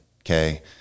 okay